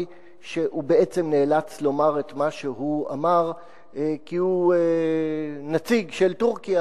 שהוא בעצם נאלץ לומר את מה שהוא אמר כי הוא נציג של טורקיה,